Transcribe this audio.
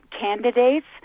candidates